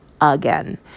again